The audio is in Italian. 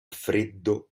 freddo